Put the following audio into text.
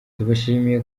tubashimiye